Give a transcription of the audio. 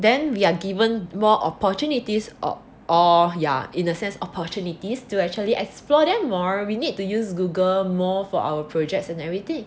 then we are given more opportunities or or yeah in a sense opportunities to actually explore them more we need to use Google more for our projects and everything